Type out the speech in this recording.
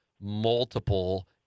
multiple